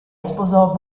sposò